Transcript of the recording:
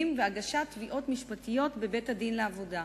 והגשת תביעות משפטיות בבית-הדין לעבודה.